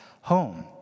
home